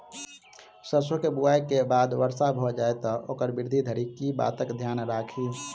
सैरसो केँ बुआई केँ बाद वर्षा भऽ जाय तऽ ओकर वृद्धि धरि की बातक ध्यान राखि?